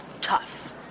Tough